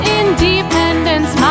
independence